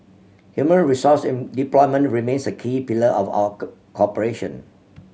human resource development remains a key pillar of our cooperation